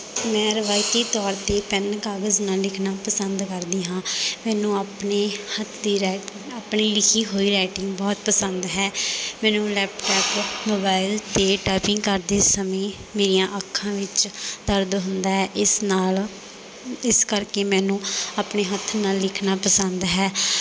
ਮੈਂ ਰਵਾਇਤੀ ਤੌਰ 'ਤੇ ਪੈੱਨ ਕਾਗਜ਼ ਨਾਲ ਲਿਖਣਾ ਪਸੰਦ ਕਰਦੀ ਹਾਂ ਮੈਨੂੰ ਆਪਣੇ ਹੱਥੀਂ ਰੈ ਆਪਣੀ ਲਿਖੀ ਹੋਈ ਰਾਈਟਿੰਗ ਬਹੁਤ ਪਸੰਦ ਹੈ ਮੈਨੂੰ ਲੈਪਟੋਪ ਮੋਬਾਈਲ 'ਤੇ ਟਾਈਪਿੰਗ ਕਰਦੇ ਸਮੇਂ ਮੇਰੀਆਂ ਅੱਖਾਂ ਵਿੱਚ ਦਰਦ ਹੁੰਦਾ ਹੈ ਇਸ ਨਾਲ ਇਸ ਕਰਕੇ ਮੈਨੂੰ ਆਪਣੇ ਹੱਥ ਨਾਲ ਲਿਖਣਾ ਪਸੰਦ ਹੈ